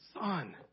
Son